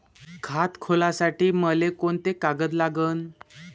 खात खोलासाठी मले कोंते कागद लागन?